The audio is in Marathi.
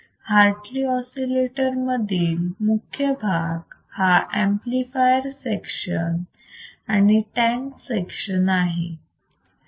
हार्टली ऑसिलेटर मधील मुख्य भाग हा ऍम्प्लिफायर सेक्शन आणि टॅंक सेक्शन आहे